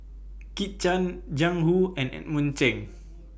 Kit Chan Jiang Hu and Edmund Cheng